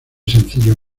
sencillo